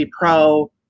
pro